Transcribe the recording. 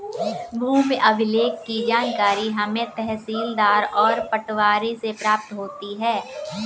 भूमि अभिलेख की जानकारी हमें तहसीलदार और पटवारी से प्राप्त होती है